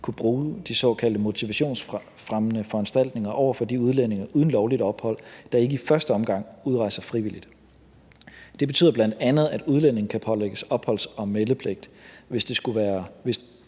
kunne bruge de såkaldte motivationsfremmende foranstaltninger over for de udlændinge uden lovligt ophold, der ikke i første omgang udrejser frivilligt. Det betyder bl.a., at udlændinge kan pålægges opholds- og meldepligt. Hvis der skulle være